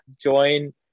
join